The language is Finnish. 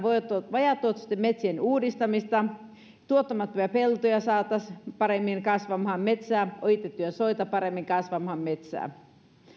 vajaatuottoisten metsien uudistamista tuottamattomia peltoja saataisiin paremmin kasvamaan metsää ojitettuja soita paremmin kasvamaan metsää